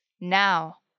Now